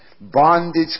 Bondage